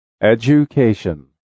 Education